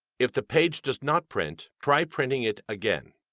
if the page does not print, try printing it again.